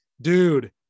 dude